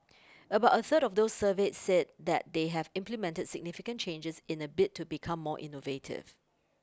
about a third of those surveyed said that they have implemented significant changes in a bid to become more innovative